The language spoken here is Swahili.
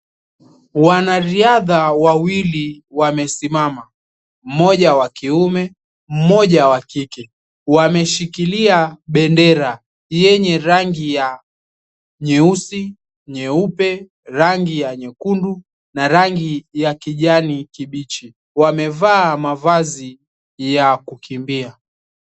Wanariadha wawili wamesimama. Mmoja wa kiume, mmoja wa kike. Wameshikilia bendera yenye rangi ya nyeusi, nyeupe, rangi ya nyekundu na rangi ya kijani kibichi. Wamevaa mavazi ya kukimbia.